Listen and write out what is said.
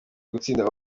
gutsinda